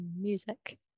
music